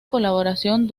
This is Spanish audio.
colaboración